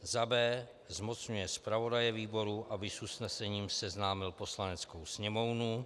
b) zmocňuje zpravodaje výboru, aby s usnesením seznámil Poslaneckou sněmovnu;